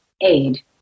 aid